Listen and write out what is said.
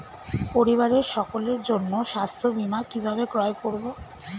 পরিবারের সকলের জন্য স্বাস্থ্য বীমা কিভাবে ক্রয় করব?